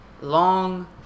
Long